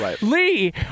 Lee